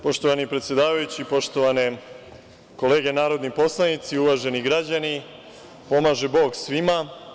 Poštovani predsedavajući, poštovane kolege narodni poslanici, uvaženi građani, pomaže Bog svima.